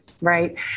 Right